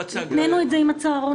התנינו את זה עם הצהרונים.